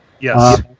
Yes